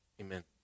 Amen